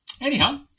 Anyhow